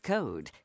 Code